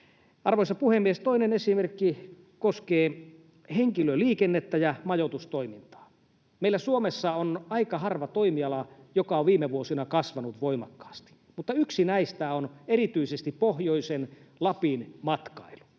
Arvoisa puhemies! Toinen esimerkki koskee henkilöliikennettä ja majoitustoimintaa: Meillä Suomessa on aika harva toimiala, joka on viime vuosina kasvanut voimakkaasti, mutta yksi näistä on erityisesti pohjoisen, Lapin, matkailu.